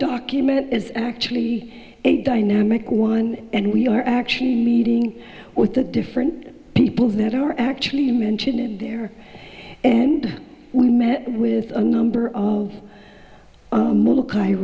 document is actually a dynamic one and we are actually leading with the different people that are actually mentioned in there and we met with a number of little